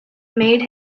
made